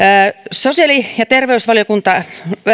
sosiaali ja terveysvaliokunta